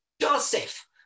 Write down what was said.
Joseph